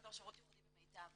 מדור שירות ייחודי במיט"ב.